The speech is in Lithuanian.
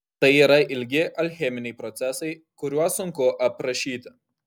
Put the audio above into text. tai yra ilgi alcheminiai procesai kuriuos sunku aprašyti